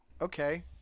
okay